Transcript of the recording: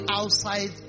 outside